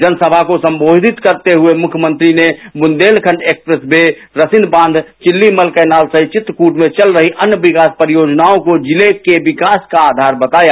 जनसभा को सम्बोधित करते हुये मुख्यमंत्री ने बुन्देलखण्ड एक्सप्रेस दे रसिन बाँच चिल्लीमल कैनाल सहित चित्रकूट मे चल रही अन्य विकास परियोजनाओं को जिले के विकास का आधार बताया